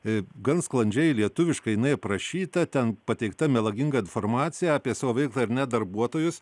e gan sklandžiai lietuviškai jinai aprašyta ten pateikta melaginga informacija apie savo veiklą ir net darbuotojus